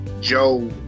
Joe